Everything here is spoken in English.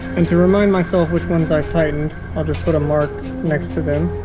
and to remind myself which ones i've tightened i'll just put a mark next to them